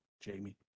Jamie